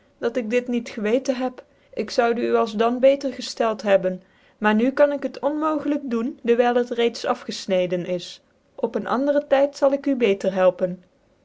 dat ik dit niet geweten heb ik zoude u als dan beter gcftelt hebben maar nu kan ik het onmogelijk doen dcwyl het reeds afgefneden is op een ander tyt zal ik u beter helpen